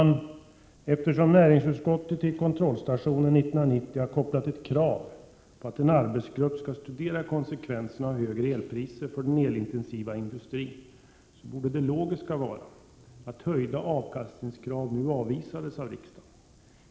Eftersom näringsutskottet till förslaget om införandet av en s.k. kontrollstation år 1990 har kopplat ett krav på att en arbetsgrupp skall studera konsekvenserna av högre elpriser för den elintensiva industrin, så borde det logiska vara att höjda avkastningskrav nu avvisades av riksdagen.